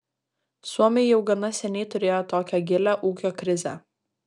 suomiai jau gana seniai turėjo tokią gilią ūkio krizę